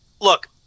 look